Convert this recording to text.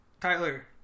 tyler